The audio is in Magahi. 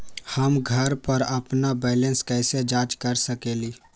हम घर पर अपन बैलेंस कैसे जाँच कर सकेली?